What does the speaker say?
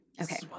Okay